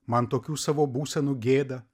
man tokių savo būsenų gėda